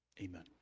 Amen